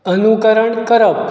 अनुकरण करप